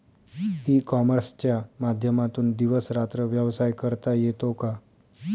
E कॉमर्सच्या माध्यमातून दिवस रात्र व्यवसाय करता येतो का?